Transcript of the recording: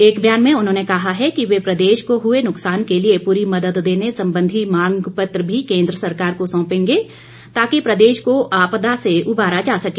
एक ब्यान में उन्होंने कहा है कि वे प्रदेश को हुए नुक्सान के लिए पूरी मदद देने संबंधी मांग पत्र भी केंद्र सरकार को सौंपेंगे ताकि प्रदेश को आपदा से उबारा जा सके